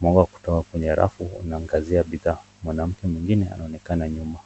maua kutoka kwenye rafu wanaangazia bidhaa. Mwanamke mwingine anaonekana nyuma.